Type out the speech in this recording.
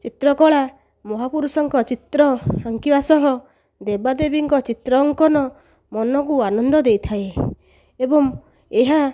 ଚିତ୍ରକଳା ମହାପୁରୁଷଙ୍କ ଚିତ୍ର ଅଙ୍କିବା ସହ ଦେବାଦେବୀଙ୍କ ଚିତ୍ର ଅଙ୍କନ ମନକୁ ଆନନ୍ଦ ଦେଇଥାଏ ଏବଂ ଏହା